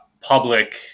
public